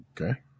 Okay